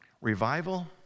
Revival